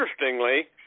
Interestingly